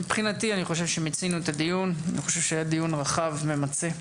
מבחינתי אני חושב שמיצינו את הדיון; אני חושב שהוא היה רחב וממצה.